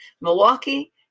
Milwaukee